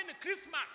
Christmas